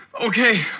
Okay